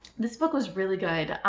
this book was really good.